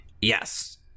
Yes